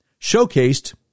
showcased